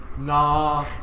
Nah